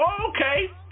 Okay